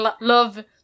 love